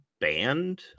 banned